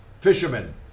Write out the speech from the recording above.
Fishermen